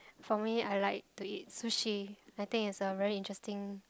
for me I like to eat sushi I think it's a very interesting